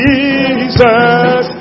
Jesus